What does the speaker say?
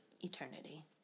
eternity